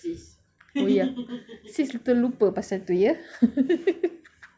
oh ya sis terlupa pasal itu ya